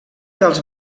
dels